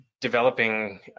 developing